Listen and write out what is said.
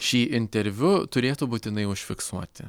šį interviu turėtų būtinai užfiksuoti